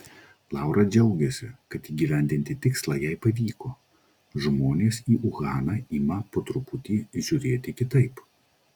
laura džiaugiasi kad įgyvendinti tikslą jai pavyko žmonės į uhaną ima po truputį žiūrėti kitaip